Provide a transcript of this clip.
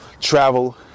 travel